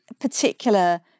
particular